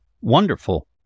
wonderful